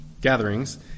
gatherings